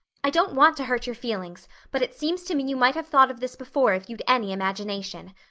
i don't want to hurt your feelings but it seems to me you might have thought of this before if you'd any imagination.